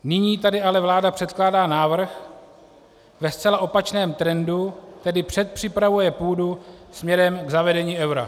Nyní tady ale vláda předkládá návrh ve zcela opačném trendu, tedy předpřipravuje půdu směrem k zavedení eura.